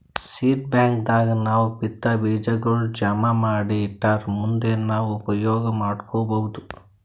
seed bank ದಾಗ್ ನಾವ್ ಬಿತ್ತಾ ಬೀಜಾಗೋಳ್ ಜಮಾ ಮಾಡಿ ಇಟ್ಟರ್ ಮುಂದ್ ನಾವ್ ಉಪಯೋಗ್ ಮಾಡ್ಕೊಬಹುದ್